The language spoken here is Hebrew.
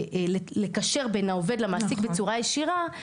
לקשר בין העובד למעסיק בצורה ישירה,